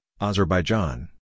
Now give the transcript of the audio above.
Azerbaijan